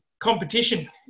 competition